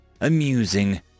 amusing